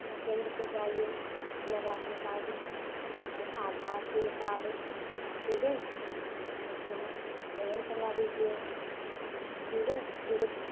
वहाँ केंद्र पर जाइए अपना राशन कार्ड और आधार पैन कार्ड ठीक है वहाँ जमा करा दीजिए ठीक है फिर